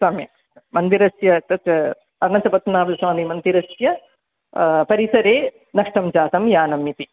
सम्यक् मन्दिरस्य तत् अनन्तपद्मनाभस्वामिमन्दिरस्य परिसरे नष्टं जातं यानम् इति